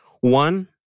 One